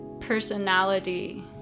personality